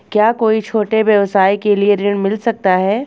क्या कोई छोटे व्यवसाय के लिए ऋण मिल सकता है?